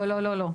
לא, לא.